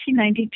1992